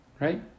Right